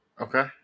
Okay